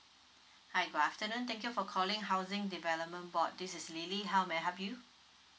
hi good afternoon thank you for calling housing development board this is lily how may I help you